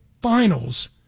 finals